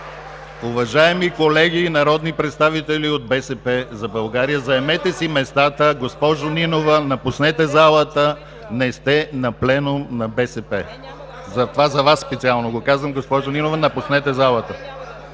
Уважаеми колеги народни представители от „БСП за България“, заемете си местата! Госпожо Нинова, напуснете залата! Не сте на пленум на БСП. Това за Вас специално го казвам, госпожо Нинова! Напуснете залата!